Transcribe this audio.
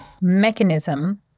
mechanism